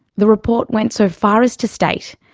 the report went so far as to state,